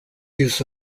use